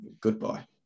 goodbye